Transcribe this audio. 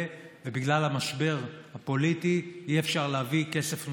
ובגלל המשבר הפוליטי אי-אפשר להביא כסף נוסף.